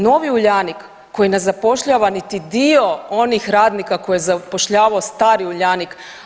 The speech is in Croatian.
Novi Uljanik koji ne zapošljava niti dio onih radnika koje je zapošljavao stari Uljanik.